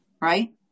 right